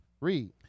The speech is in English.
Read